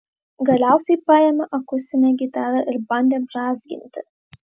galiausiai paėmė akustinę gitarą ir bandė brązginti